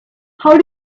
how